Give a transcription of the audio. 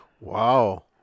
Wow